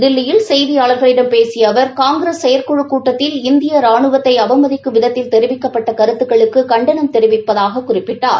தில்லியில் செய்தியாளர்களிடம் பேசிய அவர் காங்கிரஸ் செயற்குழுக் கூட்டத்தில் இந்திய ராணுவத்தை அவமதிக்கும் விதத்தில் தெரிவிக்கப்பட்ட கருத்துக்களுக்கு கண்டனம் தெரிவிப்பதாகக் குறிப்பிட்டார்